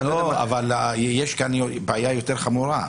יש כאן בעיה יותר חמורה,